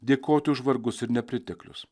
dėkoti už vargus ir nepriteklius